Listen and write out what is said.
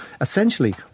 essentially